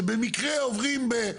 שבמקרה עוברים,